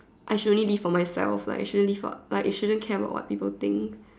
I should only live for myself like I shouldn't live for like I shouldn't care about what people think